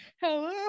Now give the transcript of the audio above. hello